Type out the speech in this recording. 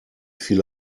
viele